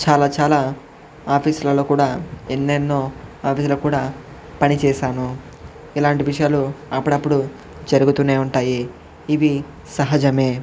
చాలా చాలా ఆఫీసు లలో కూడా ఎన్నెన్నో ఆఫీసు లో కూడా పనిచేశాను ఇలాంటి విషయాలు అప్పుడప్పుడు జరుగుతూనే ఉంటాయి ఇవి సహజమే